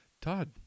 Todd